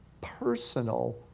personal